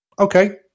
Okay